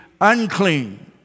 unclean